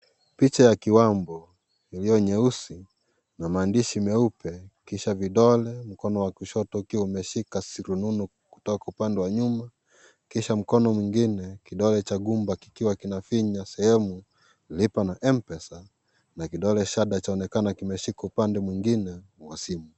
Picha la kiwambo iliyo nyeusi na maandishi meupe kisha vidole mkono wa kushoto ukiwa umeshika rununu kutoka upande wa nyuma kisha mkono mwingine kidole cha ngumba kinafinya sehemu lipa na mpesa na kidole shada chaonekana kimeshika upande mwingine wa simu.